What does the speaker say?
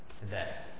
today